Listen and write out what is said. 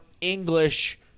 english